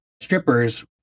strippers